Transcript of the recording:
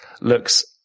looks